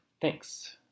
Thanks